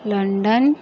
London